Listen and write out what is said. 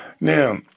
Now